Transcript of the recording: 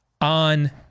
on